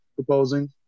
proposing